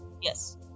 Yes